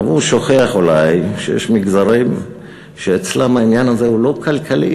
אבל הוא שוכח אולי שיש מגזרים שאצלם העניין הזה הוא לא כלכלי,